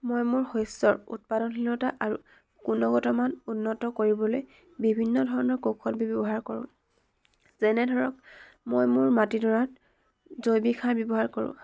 মই মোৰ শস্যৰ উৎপাদনশীলতা আৰু গুণগত মান উন্নত কৰিবলৈ বিভিন্ন ধৰণৰ কৌশল ব্যৱহাৰ কৰোঁ যেনে ধৰক মই মোৰ মাটিডৰাত জৈৱিক সাৰ ব্যৱহাৰ কৰোঁ